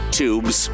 tubes